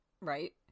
right